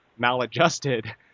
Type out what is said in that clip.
maladjusted